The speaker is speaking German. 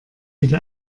bitte